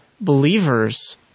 believers